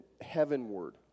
heavenward